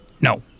no